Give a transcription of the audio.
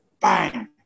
bang